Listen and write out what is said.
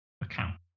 account